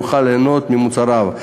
יוכל ליהנות ממוצריו.